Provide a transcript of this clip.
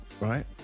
right